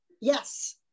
Yes